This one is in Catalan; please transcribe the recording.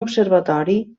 observatori